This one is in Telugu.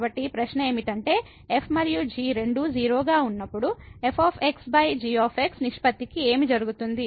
కాబట్టి ప్రశ్న ఏమిటంటే f మరియు g రెండూ 0 గా ఉన్నప్పుడు f g నిష్పత్తికి ఏమి జరిగింది